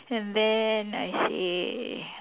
and then I say